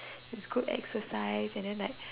is good exercise and then like